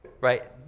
Right